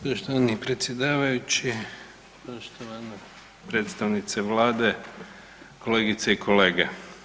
Poštovani predsjedavajući, poštovana predstavnice Vlade, kolegice i kolege.